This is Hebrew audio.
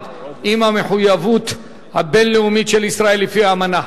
עם המחויבות הבין-לאומית של ישראל לפי האמנה,